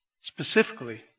specifically